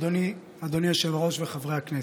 אדוני היושב-ראש וחברי הכנסת,